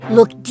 Look